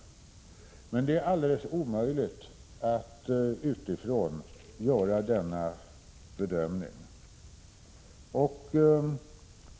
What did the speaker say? Men det är omöjligt att utifrån göra en bedömning av den frågan.